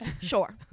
sure